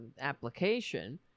application